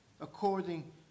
according